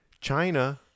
China